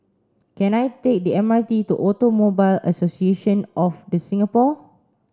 can I take the M R T to Automobile Association of the Singapore